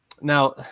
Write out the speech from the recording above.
Now